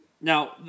Now